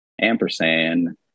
ampersand